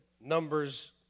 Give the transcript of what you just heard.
Numbers